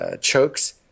chokes